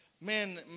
Man